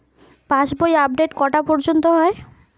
পাশ বই আপডেট কটা পর্যন্ত হয়?